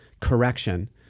correction